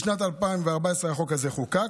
בשנת 2020 החוק הזה חוקק,